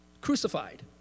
crucified